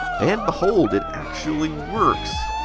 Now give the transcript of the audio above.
and behold! it actually works.